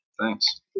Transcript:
thanks